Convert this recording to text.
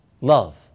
Love